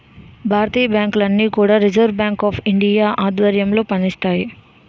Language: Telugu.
భారతీయ బ్యాంకులన్నీ కూడా రిజర్వ్ బ్యాంక్ ఆఫ్ ఇండియా ఆధ్వర్యంలో పనిచేస్తాయి